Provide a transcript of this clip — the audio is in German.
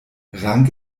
rang